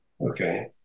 Okay